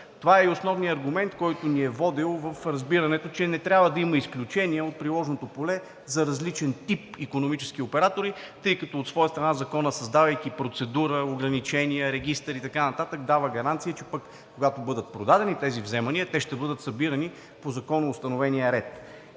Това е и основният аргумент, който ни е водил в разбирането, че не трябва да има изключения от приложното поле за различен тип икономически оператори, тъй като от своя страна законът, създавайки процедура, ограничения, регистър и така нататък дава гаранции, че когато бъдат продадени тези вземания, те ще бъдат събирани по законоустановения ред.